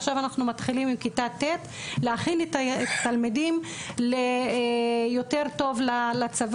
עכשיו אנחנו מתחילים עם כיתה ט' להכין את התלמידים יותר טוב לצבא,